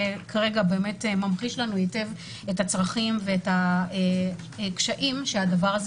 שכרגע באמת ממחיש לנו היטב את הצרכים ואת הקשיים שהדבר הזה